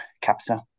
Capita